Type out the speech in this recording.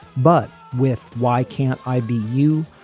but with why can't i be you.